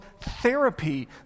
therapy